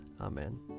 Amen